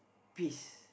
peace